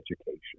education